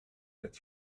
that